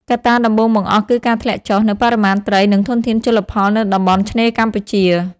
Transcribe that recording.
កត្តាដំបូងបង្អស់គឺការធ្លាក់ចុះនូវបរិមាណត្រីនិងធនធានជលផលនៅតំបន់ឆ្នេរកម្ពុជា។